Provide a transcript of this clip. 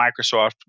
Microsoft